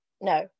no